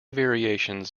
variations